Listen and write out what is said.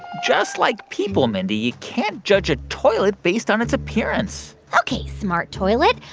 just like people, mindy, you can't judge a toilet based on its appearance ok, smart toilet.